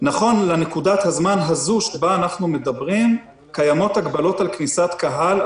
נכון לנקודת הזמן הזו שבה אנחנו מדברים קיימות הגבלות על כניסת קהל,